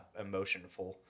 emotionful